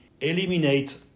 eliminate